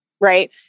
Right